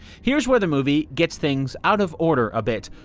here's where the movie gets things out of order a bit.